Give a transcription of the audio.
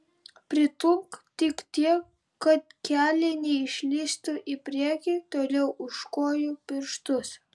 pritūpk tik tiek kad keliai neišlįstų į priekį toliau už kojų pirštus